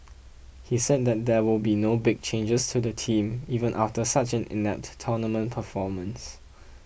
he said that there will be no big changes to the team even after such an inept tournament performance